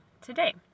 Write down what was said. today